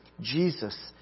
Jesus